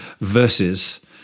versus